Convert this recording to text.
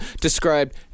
described